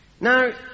Now